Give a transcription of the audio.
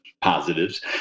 positives